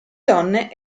donne